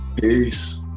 Peace